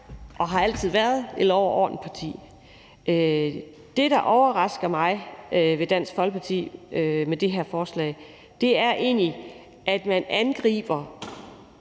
og har altid været et lov og orden-parti. Det, der overrasker mig ved Dansk Folkepartis forslag, er egentlig, at man angriber